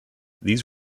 these